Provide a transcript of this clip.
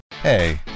Hey